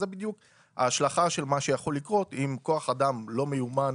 זה בדיוק ההשלכה של מה שיכול לקרות אם כוח אדם לא מיומן